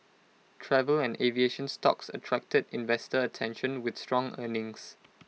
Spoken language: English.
travel and aviation stocks attracted investor attention with strong earnings